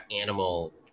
animal